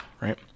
right